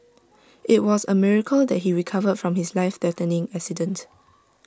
IT was A miracle that he recovered from his life threatening accident